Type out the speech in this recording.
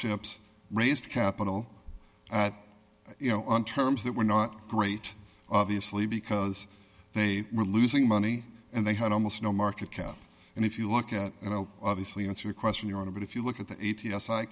ships raised capital you know on terms that were not great obviously because they were losing money and they had almost no market cap and if you look at you know obviously answer a question you want to but if you look at the a